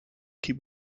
keep